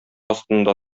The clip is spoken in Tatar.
астында